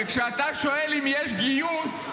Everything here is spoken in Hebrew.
וכשאתה שואל אם יש גיוס,